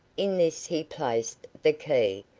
in this he placed the key,